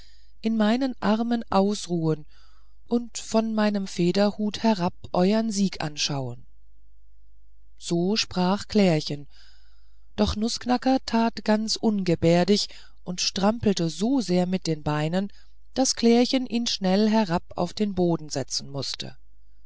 in meinen armen ausruhen oder von meinem federhut herab euern sieg anschaun so sprach klärchen doch nußknacker tat ganz ungebärdig und strampelte so sehr mit den beinen daß klärchen ihn schnell herab auf den boden setzen mußte